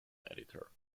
editor